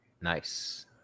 Nice